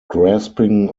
grasping